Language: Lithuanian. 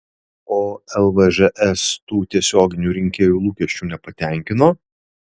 o lvžs tų tiesioginių rinkėjų lūkesčių nepatenkino